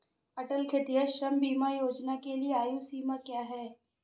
अटल खेतिहर श्रम बीमा योजना के लिए आयु सीमा क्या है?